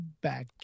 back